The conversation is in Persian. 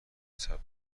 ثبت